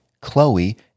Chloe